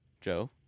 Joe